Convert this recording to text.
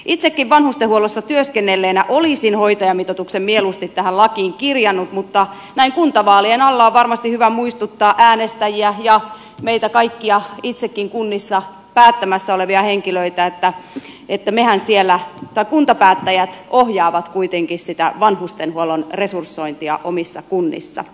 itsekin vanhustenhuollossa työskennelleenä olisin hoitajamitoituksen mieluusti tähän lakiin kirjannut mutta näin kuntavaalien alla on varmasti hyvä muistuttaa äänestäjiä ja meitä kaikkia itsekin kunnissa päättämässä olevia henkilöitä että kuntapäättäjät ohjaavat kuitenkin sitä vanhustenhuollon resursointia omissa kunnissa